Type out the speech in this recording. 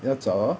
that's all